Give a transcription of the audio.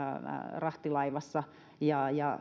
rahtilaivassa ja ja